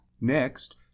Next